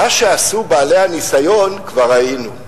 מה שעשו בעלי הניסיון כבר ראינו.